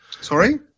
Sorry